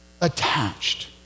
attached